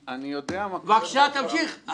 בבקשה, תמשיך.